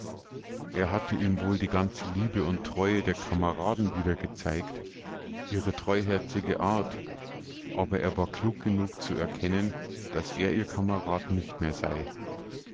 er hatte ihm wohl die ganze liebe und treue der kameraden wieder gezeigt ihre treuherzige art aber er war klug genug zu erkennen daß er ihr kamerad nicht mehr sei